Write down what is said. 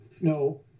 No